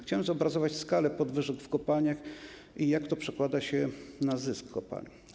Chciałem zobrazować skalę podwyżek w kopalniach i jak to przekłada się na zysk kopalń.